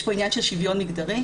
יש פה עניין של שוויון מגדרי,